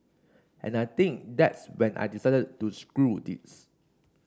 and I think that's when I decided to screw this